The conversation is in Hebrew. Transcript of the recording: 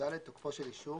אישור